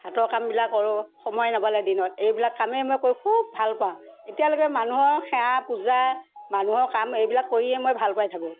হাতৰ কামবিলাক কৰোঁ সময় নাপালে দিনত এইবিলাক কামেই মই কৰি খুব ভাল পাওঁ এতিয়ালৈকে মানুহৰ সেৱা পূজা মানুহৰ কাম এইবিলাক কৰিয়ে মই ভাল পাই থাকোঁ